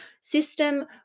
system